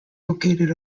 located